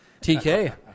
TK